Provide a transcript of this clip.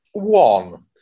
one